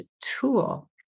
tool